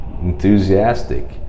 enthusiastic